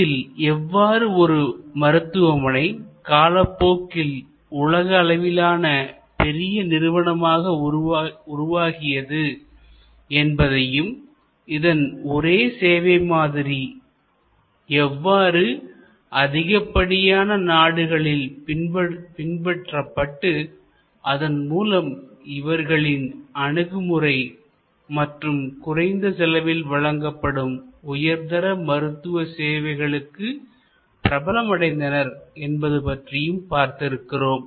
இதில் எவ்வாறு ஒரு மருத்துவமனை காலப்போக்கில் உலக அளவிலான பெரிய நிறுவனமாக உருவாகியது என்பதையும் இதன் ஒரே சேவை மாதிரி எவ்வாறு அதிகப்படியான நாடுகளில் பின்பற்றப்பட்டு அதன் மூலம் இவர்களின் அணுகுமுறை மற்றும் குறைந்த செலவில் வழங்கப்படும் உயர்தர மருத்துவ சேவைகளுக்கு பிரபலம் அடைந்தனர் என்பது பற்றியும் பார்த்திருக்கிறோம்